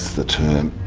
the term.